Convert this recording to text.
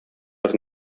бер